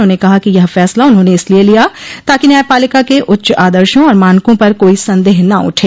उन्होंने कहा कि यह फैसला उन्होंने इसलिए लिया ताकि न्यायपालिका के उच्च आदर्शों और मानकों पर कोई संदेह न उठे